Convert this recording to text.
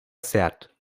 certo